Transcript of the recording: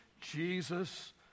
Jesus